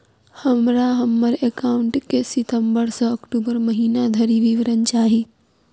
हमरा हम्मर एकाउंट केँ सितम्बर सँ अक्टूबर महीना धरि विवरण चाहि?